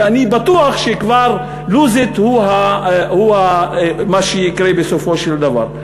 ואני בטוח ש-lose it הוא כבר מה שיקרה בסופו של דבר.